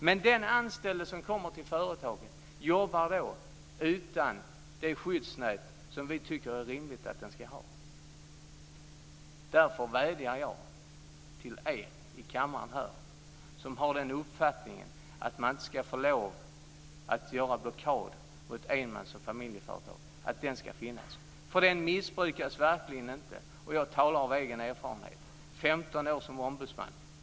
Men den anställde som kommer till företaget jobbar då utan det skyddsnät som vi tycker att det är rimligt att ha. Därför vädjar jag till er i kammaren som har uppfattningen att möjligheten att sätta enmans och familjeföretag i blockad inte ska få finnas. Den missbrukas verkligen inte. Jag talar av egen erfarenhet - 15 år som ombudsman.